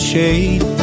shade